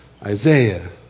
Isaiah